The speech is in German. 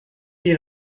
die